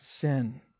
sin